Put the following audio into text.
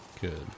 Good